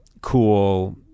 cool